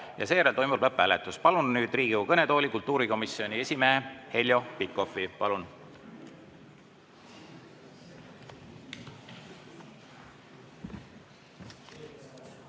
Ja seejärel toimub lõpphääletus. Palun nüüd Riigikogu kõnetooli kultuurikomisjoni esimehe Heljo Pikhofi. Aitäh,